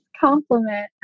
compliment